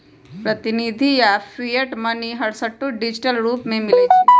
प्रतिनिधि आऽ fiat money हरसठ्ठो डिजिटल रूप में मिलइ छै